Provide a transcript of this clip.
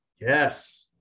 yes